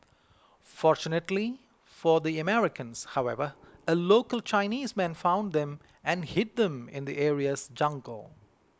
fortunately for the Americans however a local Chinese man found them and hid them in the area's jungle